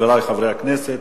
חברי חברי הכנסת,